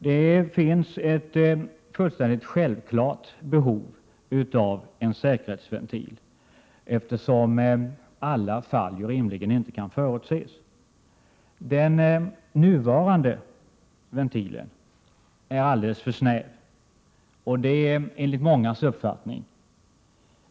Det finns ett fullständigt självklart behov av en säkerhetsventil, eftersom alla fall rimligen inte kan förutses. Den nuvarande ventilen är enligt mångas uppfattning alldeles för snäv.